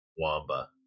wamba